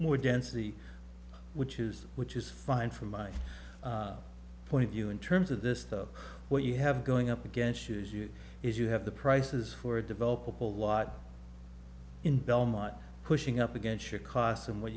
more density which is which is fine from my point of view in terms of this thought what you have going up against shoes you if you have the prices for develop a whole lot in belmont pushing up against your costs and wh